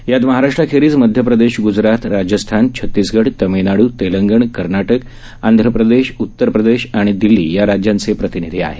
त्यात महाराष्ट्राखेरीज मध्य प्रदेश ग्जरात राजस्थान छतीसगड तमिळनाडू तेलंगण कर्नाटक आंध्र प्रदेश उत्तर प्रदेश आणि दिल्ली या राज्यांचे प्रतिनिधी आहेत